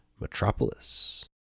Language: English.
metropolis